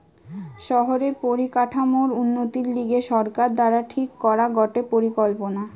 শহরের পরিকাঠামোর উন্নতির লিগে সরকার দ্বারা ঠিক করা গটে পরিকল্পনা